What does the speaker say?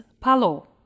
palo